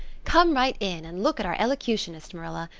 come right in and look at our elocutionist, marilla.